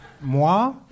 Moi